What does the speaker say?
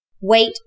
Wait